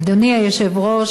אדוני היושב-ראש,